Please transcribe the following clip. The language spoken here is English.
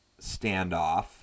standoff